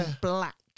black